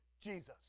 Jesus